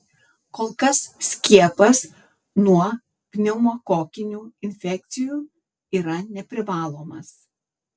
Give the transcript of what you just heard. kol kas skiepas nuo pneumokokinių infekcijų yra neprivalomas